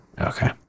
Okay